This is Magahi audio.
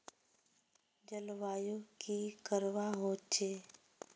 जलवायु की करवा होचे?